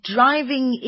Driving